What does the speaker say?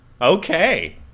Okay